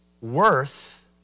worth